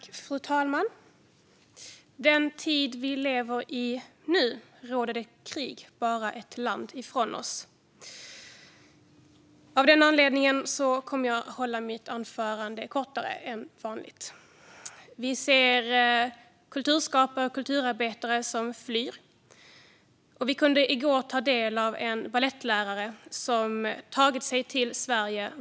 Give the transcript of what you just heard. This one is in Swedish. Fru talman! I den tid vi nu lever i råder det krig bara ett land ifrån oss. Av den anledningen kommer jag att hålla mitt anförande kortare än vanligt. Vi ser kulturskapare och kulturarbetare som flyr. Vi kunde i går höra om en balettlärare som tagit sig till Sverige.